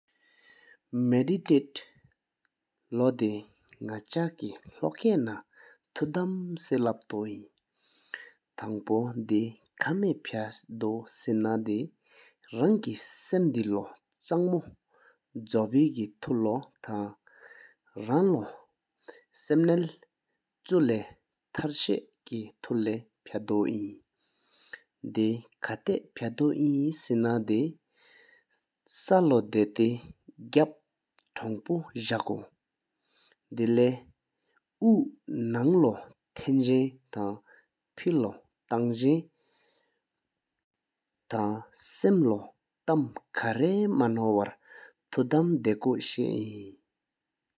མེ་ཌི་ཏེ་ལོ་དེ་ནག་ཆ་ཀེ་ལྷོ་ཀེ་ནང་ཐུ་དམ་སེ་ལབ་ཏོ་ཨིན། ཐང་པོ་དེ་ཁ་མེ་ཕ་དོ་སེ་ན་དེ་རང་ཀེ་སེམས་དེ་ལོ་ཆག་མུ་ཇོ་བེ་ཐང་ལོ་ཐང་རང་ལོ་སམ་ནལ་ཆུ་ལས་ཐར་ཤ་ངེ་ཐུ་ལོ་ཕ་དོ་ཡིན། དེ་ཁ་ཏེ་ཕ་དོ་ཡིན་སེ་ན་དེ་ས་ལོ་དི་ཏི། དགའ་པོ་ཐང་ཕོ་ཟག་དགོ་། དེ་ལེ་ཨཨུཨུ་ནང་ལོ་ལན་ཟན་ཐང་པེ་ལོ་ཐང་ཟན་ཐང་སམ་ལོ་ཐེམ་ཁ་རེ་མ་ནོར་བར་ཐུ་དམ་དཀོག་ཤ་ཡིན།